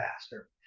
faster